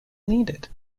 needed